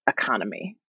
economy